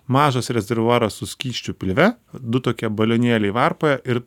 mažas rezervuaras su skysčiu pilve du tokie balionėliai varpoje ir